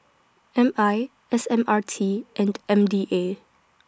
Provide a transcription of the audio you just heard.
M I S M R T and M D A